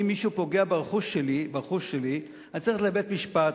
אם מישהו פוגע ברכוש שלי אני צריך ללכת לבית-משפט,